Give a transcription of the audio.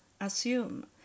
Assume